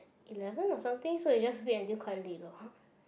eleven or something so we just wait until quite late lor